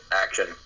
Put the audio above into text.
Action